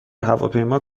هواپیما